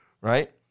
right